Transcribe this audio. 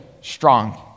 strong